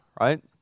right